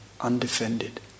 undefended